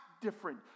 different